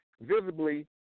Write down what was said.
visibly